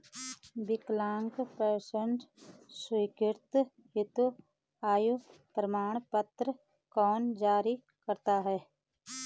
विकलांग पेंशन स्वीकृति हेतु आय प्रमाण पत्र कौन जारी करता है?